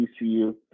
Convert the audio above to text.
ECU